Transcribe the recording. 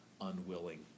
unwilling